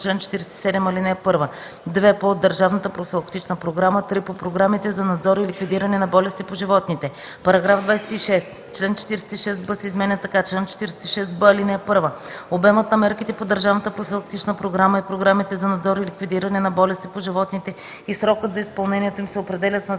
чл. 47, ал. 1; 2. по държавната профилактична програма; 3. по програмите за надзор и ликвидиране на болести по животните.” § 26. Член 46б се изменя така: „Чл. 46б. (1) Обемът на мерките по държавната профилактична програма и програмите за надзор и ликвидиране на болести по животните и срокът за изпълнението им се определят с национален